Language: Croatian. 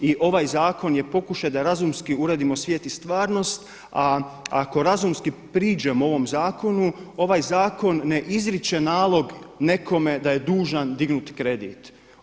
I ovaj zakon je pokušaj da razumski uredimo svijet i stvarnost, a ako razumski priđemo ovom zakonu, ovaj zakon ne izriče nalog nekome da je dužan dignuti kredit.